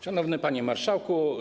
Szanowny Panie Marszałku!